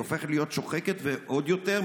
היא הופכת להיות שוחקת עוד יותר,